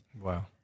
Wow